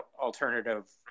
alternative